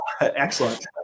Excellent